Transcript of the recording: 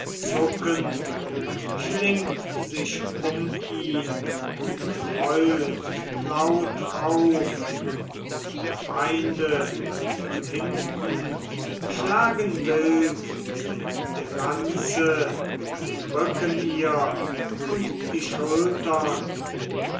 zuckend schlingt sich um ihn und heult laut auf die feinde von hinten schlagen wild mit der lanze den rücken ihr und die schultern